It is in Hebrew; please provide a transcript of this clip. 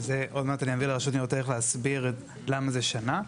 עוד מעט אני אתן לרשות לניירות ערך להסביר למה זה שנה,